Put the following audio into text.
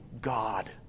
God